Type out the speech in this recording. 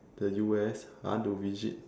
the U_S I want to visit